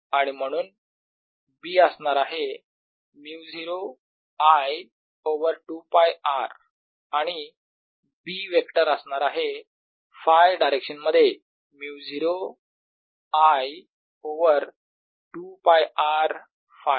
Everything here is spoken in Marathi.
आणि B म्हणून असणार आहे μ0 I ओवर 2 π R आणि B वेक्टर असणार आहे Φ डायरेक्शन मध्ये μ0 I ओवर 2 π R Φ